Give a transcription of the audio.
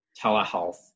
telehealth